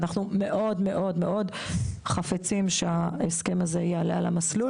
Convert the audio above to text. ואנחנו מאוד חפצים שההסכם הזה יעלה על המסלול.